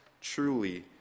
truly